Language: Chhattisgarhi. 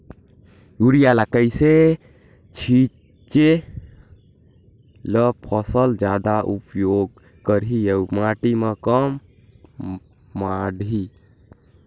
युरिया ल कइसे छीचे ल फसल जादा उपयोग करही अउ माटी म कम माढ़ही?